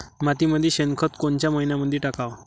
मातीमंदी शेणखत कोनच्या मइन्यामंधी टाकाव?